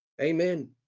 Amen